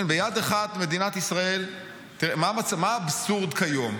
מה האבסורד כיום?